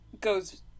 goes